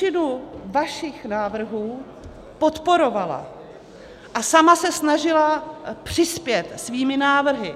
Většinu vašich návrhů podporovala a sama se snažila přispět svými návrhy.